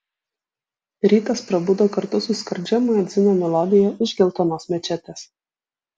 rytas prabudo kartu su skardžia muedzino melodija iš geltonos mečetės